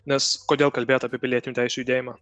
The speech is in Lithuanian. nes kodėl kalbėt apie pilietinių teisių judėjimą